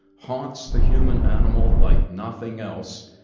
haunts the human animal like nothing else.